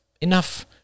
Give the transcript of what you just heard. Enough